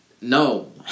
no